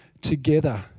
together